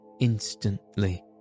Instantly